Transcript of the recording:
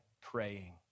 praying